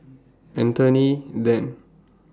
Anthony Then